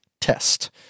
test